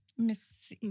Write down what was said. Miss